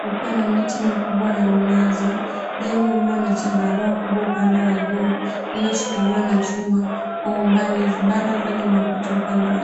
kukiwa na miti mikubwa ya mnazi, jengo lililo na chandarua kubwa upande wa juu, lililoshikiliwa na chuma, kwa umbali vibanda vyenye makuti upande wa juu.